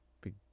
big